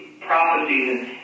prophecies